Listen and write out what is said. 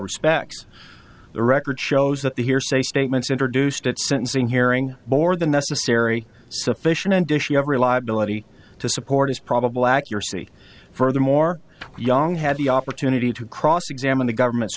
respects the record shows that the hearsay statements introduced at sentencing hearing more than necessary sufficient condition of reliability to support his probable accuracy furthermore young had the opportunity to cross examine the government's